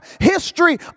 history